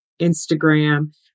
Instagram